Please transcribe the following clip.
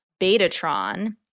Betatron